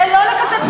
זה לא לקצץ מהתוספת,